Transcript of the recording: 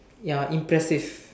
ya impressive